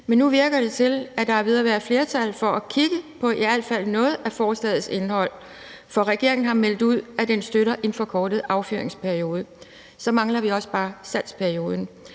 Men nu virker det til, at der er ved at være flertal for at kigge på i al fald noget af forslagets indhold. For regeringen har meldt ud, at den støtter en forkortet affyringsperiode. Så mangler vi også bare salgsperioden.